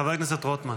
חבר הכנסת רוטמן,